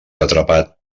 atrapat